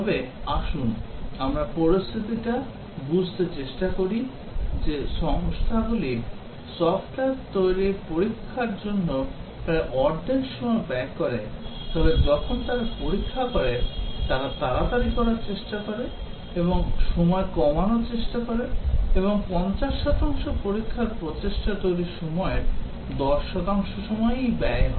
তবে আসুন আমরা পরিস্থিতিটি বুঝতে চেষ্টা করি যে সংস্থাগুলি সফ্টওয়্যার পরীক্ষার জন্য প্রায় অর্ধেক সময় ব্যয় করে তবে যখন তারা পরীক্ষা করে তারা তাড়াতাড়ি করার চেষ্টা করে তারা সময় কমানোর চেষ্টা করে এবং 50 শতাংশ পরীক্ষার প্রচেষ্টা তৈরির সময়ের 10 শতাংশ সময়েই ব্যয় হয়